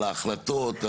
על ההחלטות,